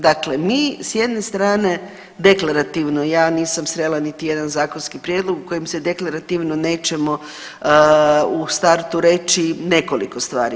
Dakle, mi s jedne strane deklarativno, ja nisam srela niti jedan zakonski prijedlog u kojem se deklarativno nećemo u startu reći nekoliko stvari.